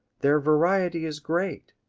their variety is great,